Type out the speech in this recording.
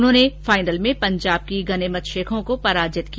उन्होंने फाइनल में पंजाब की गनेमत शेखों को पराजित किया